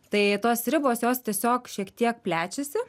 tai tos ribos jos tiesiog šiek tiek plečiasi